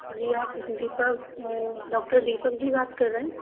जी हाँ दीपक डॉक्टर दीपक जी बात कर रहे हैं